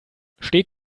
steht